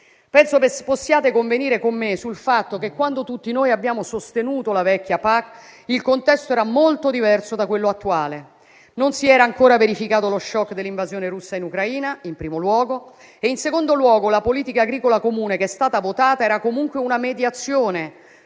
Penso che possiate convenire con me sul fatto che, quando tutti noi abbiamo sostenuto la vecchia PAC, il contesto era molto diverso da quello attuale. Non si era ancora verificato lo *shock* dell'invasione russa in Ucraina, in primo luogo. In secondo luogo, la Politica agricola comune che è stata votata era comunque una mediazione